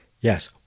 Yes